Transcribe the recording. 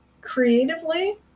creatively